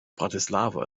bratislava